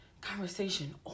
conversation